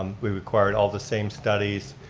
we required all the same studies,